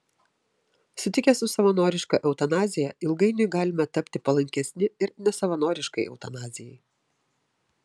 sutikę su savanoriška eutanazija ilgainiui galime tapti palankesni ir nesavanoriškai eutanazijai